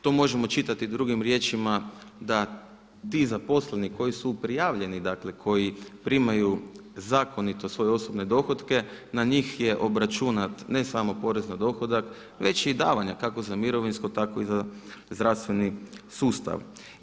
To možemo čitati drugim riječima da ti zaposleni koji su prijavljeni, dakle koji primaju zakonito svoje osobne dohotke na njih je obračunat ne samo porez na dohodak već i davanja kako za mirovinsko, tako i za zdravstveni sustav.